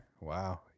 wow